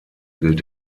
gilt